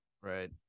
right